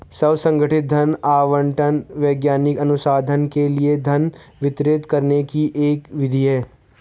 स्व संगठित धन आवंटन वैज्ञानिक अनुसंधान के लिए धन वितरित करने की एक विधि है